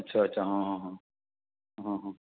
अच्छा अच्छा हां हां हां हां हां